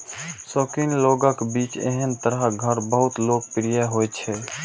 शौकीन लोगक बीच एहन तरहक घर बहुत लोकप्रिय होइ छै